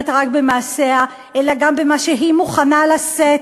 רק במעשיה אלא גם במה שהיא מוכנה לשאת,